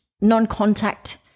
non-contact